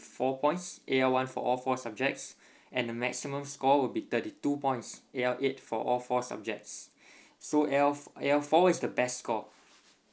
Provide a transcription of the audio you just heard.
four points A_L one for all four subjects and the maximum score will be thirty two points A_L eight for all four subjects so A_L A_L four is the best score